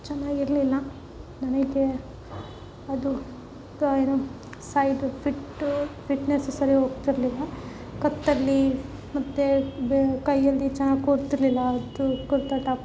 ಚೆನ್ನಾಗಿರ್ಲಿಲ್ಲ ನನಗೆ ಅದು ಏನು ಸೈಟು ಫಿಟ್ಟು ಫಿಟ್ನೆಸ್ ಸರಿರ್ಯಾಗಿ ಒಪ್ತಿರಲಿಲ್ಲ ಕತ್ತಲ್ಲಿ ಮತ್ತು ಕೈಯಲ್ಲಿ ಚೆನ್ನಾಗಿ ಕೂರ್ತಿರಲಿಲ್ಲ ಅದು ಕುರ್ತಾ ಟಾಪ್